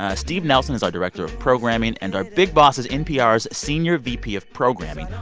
ah steve nelson is our director of programming. and our big boss is npr's senior vp of programming,